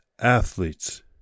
athletes